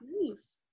nice